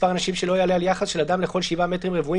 מספר אנשים שלא יעלה על יחס של אדם לכל שבעה מטרים רבועים